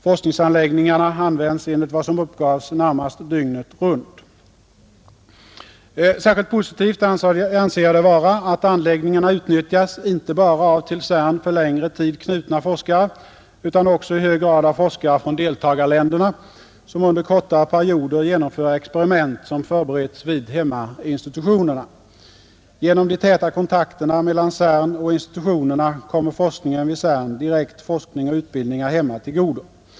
Forskningsanläggningarna används enligt vad som uppgavs närmast dygnet runt. Särskilt positivt anser jag det vara att anläggningarna utnyttjas inte 39 bara av till CERN för längre tid knutna forskare utan också i hög grad av forskare från deltagarländerna, som under kortare perioder genomför experiment som förberetts vid hemmainstitutionerna. Genom de täta kontakterna mellan CERN och institutionerna kommer forskningen vid CERN direkt forskning och utbildning här hemma till godo.